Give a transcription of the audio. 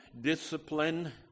discipline